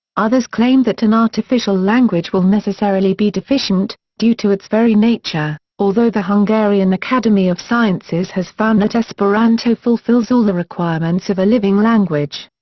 others claim that an artificial language will necessarily be deficient, due to its very nature, although the hungarian academy of sciences has found that esperanto fulfills all the requirements of a living language.